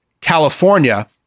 California